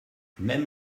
même